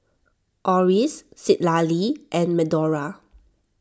Oris Citlali and Medora